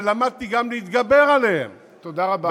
שלמדתי גם להתגבר עליהם, תודה רבה, השר.